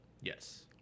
Yes